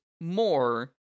more